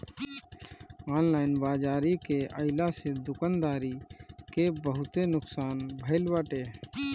online बाजारी के आइला से दुकानदारी के बहुते नुकसान भईल बाटे